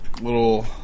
little